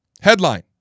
Headline